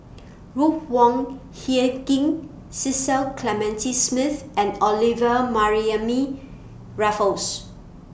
Ruth Wong Hie King Cecil Clementi Smith and Olivia Mariamne Raffles